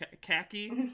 Khaki